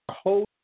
Hold